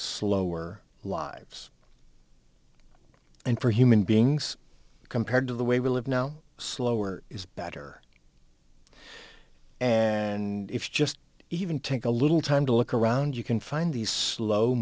slower lives and for human beings compared to the way we live now slower is better and if just even take a little time to look around you can find these slow